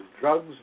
drugs